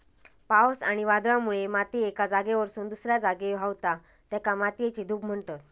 पावस आणि वादळामुळे माती एका जागेवरसून दुसऱ्या जागी व्हावता, तेका मातयेची धूप म्हणतत